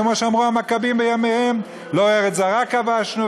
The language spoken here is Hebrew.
כמו שאמרו המכבים בימיהם: לא ארץ זרה כבשנו,